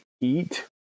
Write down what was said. eat